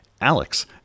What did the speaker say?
Alex